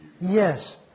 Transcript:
Yes